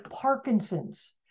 Parkinson's